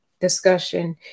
discussion